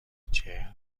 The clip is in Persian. چهل